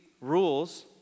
rules